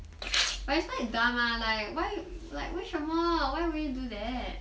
but it's quite dumb lah like why like 为什么 why would you do that